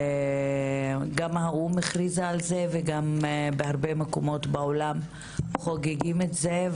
גם האו"ם הכריז על זה וגם בהרבה מקומות בעולם חוגגים את זה.